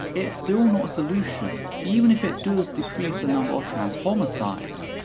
it's still not a solution, even if it does decrease the number of trans homicides.